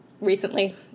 recently